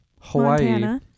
Hawaii